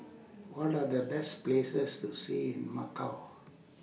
What Are The Best Places to See in Macau